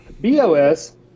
BOS